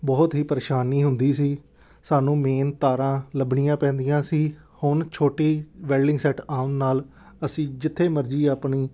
ਬਹੁਤ ਹੀ ਪਰੇਸ਼ਾਨੀ ਹੁੰਦੀ ਸੀ ਸਾਨੂੰ ਮੇਨ ਤਾਰਾਂ ਲੱਭਣੀਆਂ ਪੈਂਦੀਆਂ ਸੀ ਹੁਣ ਛੋਟੀ ਵੈਲਡਿੰਗ ਸੈੱਟ ਆਉਣ ਨਾਲ ਅਸੀਂ ਜਿੱਥੇ ਮਰਜ਼ੀ ਆਪਣੀ